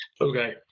Okay